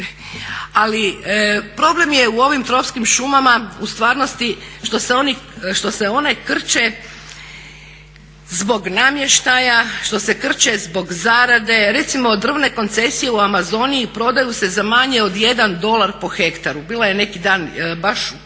Ali problem je u ovim tropskim šumama u stvarnosti što se one krče zbog namještaja, što se krče zbog zarade, recimo drvne koncesije u Amazoni i prodaju se za manje od 1 dolar po hektaru, bila je neki dan baš jedna